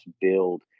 build